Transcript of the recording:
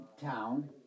town